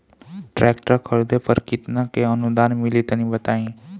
Tractor खरीदे पर कितना के अनुदान मिली तनि बताई?